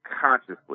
consciously